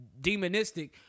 demonistic